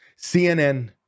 CNN